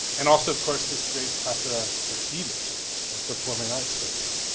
and also of course this great plethora of theaters of performing arts spaces.